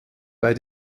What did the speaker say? bei